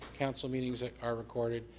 council meetings like are recorded.